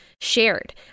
shared